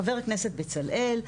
חבר הכנסת בצלאל,